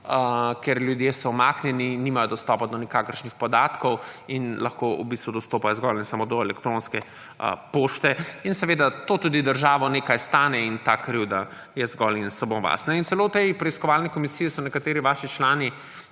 ker ljudje so umaknjeni in nimajo dostopa do nikakršnih podatkov in lahko v bistvu dostopajo zgolj in samo do elektronske pošte. Seveda to tudi državo nekaj stane in ta krivda je zgolj in samo na vas. No in celo na tej preiskovalni komisiji so nekateri vaši člani